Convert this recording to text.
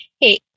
hey